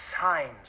signs